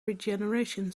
regeneration